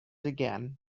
again